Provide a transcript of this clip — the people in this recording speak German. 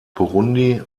burundi